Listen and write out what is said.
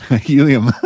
helium